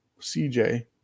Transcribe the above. CJ